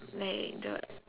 like the